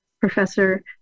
professor